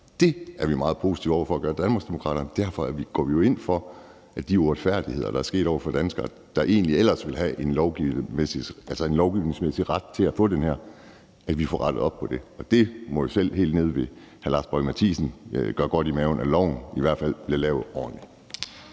Det er vi meget positive over for at gøre i Danmarksdemokraterne. Derfor går vi jo ind for, at de uretfærdigheder, der er sket over for danskere, der egentlig ellers ville have en lovgivningsmæssig ret til at få det her, får vi rettet op på. Det må selv helt nede ved hr. Lars Boje Mathiesen gøre godt i maven, at loven i hvert fald bliver lavet ordentligt.